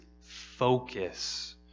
focus